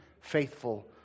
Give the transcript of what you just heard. faithful